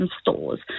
stores